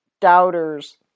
doubters